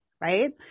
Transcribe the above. right